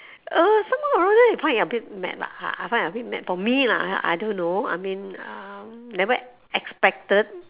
uh somehow or rather I find it a bit mad lah I find a bit mad for me lah I don't know I mean never expected